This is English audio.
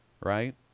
Right